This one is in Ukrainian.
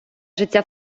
життя